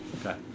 Okay